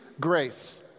grace